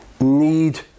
need